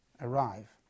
arrive